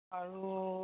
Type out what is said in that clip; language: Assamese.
আৰু